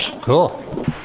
Cool